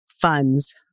funds